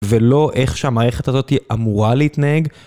ולא איך שהמערכת הזאת היא אמורה להתנהג.